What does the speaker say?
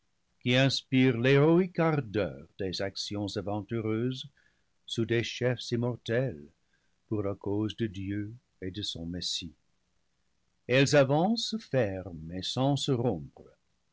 qui inspire l'héroïque ardeur des actions aventureuses sous des chefs immortels pour la cause de dieu et de son messie elles avancent fermes et sans